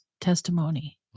Testimony